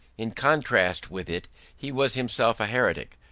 in contrast with it he was himself a heretic,